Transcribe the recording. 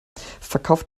verkauft